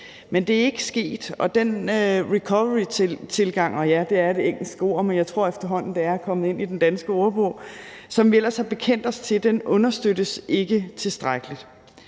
Men det er ikke sket, og den recoverytilgang – og ja, det er et engelsk ord, men jeg tror efterhånden, at det er kommet ind i den danske ordbog – som vi ellers har bekendt os til, understøttes ikke tilstrækkeligt.